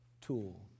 tool